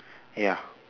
ya